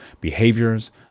behaviors